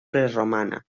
prerromana